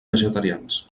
vegetarians